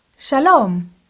Shalom